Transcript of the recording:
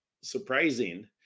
surprising